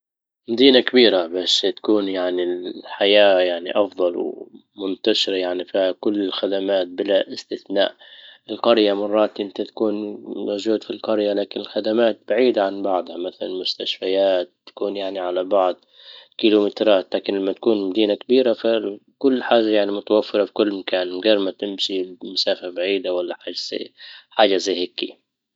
مدينة كبيرة، باش تكون يعني الحياة يعني افضل ومنتشرة يعني فيها كل الخدمات بلا استثناء. القرية مرات انت تكون موجود في القرية لكن الخدمات بعيدة عن بعضها. مثلا مستشفيات تكون يعني على بعد كيلو مترات، لكن لما تكون مدينة كبيرة فيها كل حاجة يعني متوفرة في كل مكان من غير ما تمشي مسافة بعيدة ولا حاجة زي هيك